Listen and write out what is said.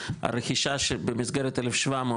הרכישה שבמסגרת 1,700,